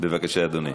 בבקשה אדוני.